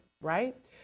right